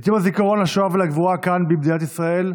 את יום הזיכרון לשואה ולגבורה, כאן במדינת ישראל,